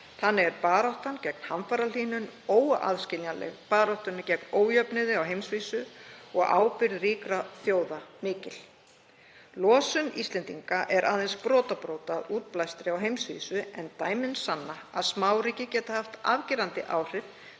Þannig er baráttan gegn hamfarahlýnun óaðskiljanleg baráttunni gegn ójöfnuði á heimsvísu og ábyrgð ríkra þjóða mikil. Losun Íslendinga er aðeins brotabrot af útblæstri á heimsvísu en dæmin sanna að smáríki geta haft afgerandi áhrif